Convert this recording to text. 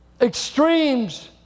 extremes